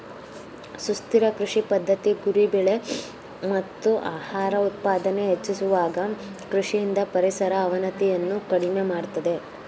ಸುಸ್ಥಿರ ಕೃಷಿ ಪದ್ಧತಿ ಗುರಿ ಬೆಳೆ ಮತ್ತು ಆಹಾರ ಉತ್ಪಾದನೆ ಹೆಚ್ಚಿಸುವಾಗ ಕೃಷಿಯಿಂದ ಪರಿಸರ ಅವನತಿಯನ್ನು ಕಡಿಮೆ ಮಾಡ್ತದೆ